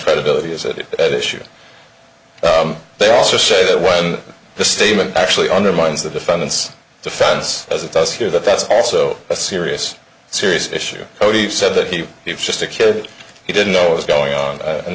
credibility is it is at issue they also say that when the statement actually undermines the defendant's defense as it does here that that's also a serious serious issue so he said that he was just a kid he didn't know it was going on and